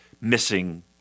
missing